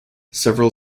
several